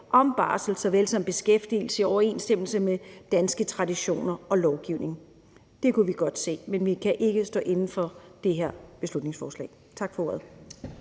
om barsel såvel som beskæftigelse i overensstemmelse med danske traditioner og lovgivning. Det kunne vi godt se, men vi kan ikke stå inde for det her beslutningsforslag. Tak for ordet.